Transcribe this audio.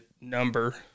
number